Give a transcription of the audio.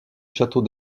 château